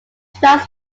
tracks